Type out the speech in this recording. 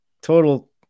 Total